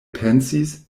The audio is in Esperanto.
pensis